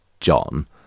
John